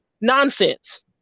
nonsense